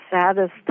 saddest